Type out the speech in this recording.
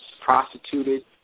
prostituted